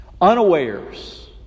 unawares